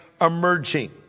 emerging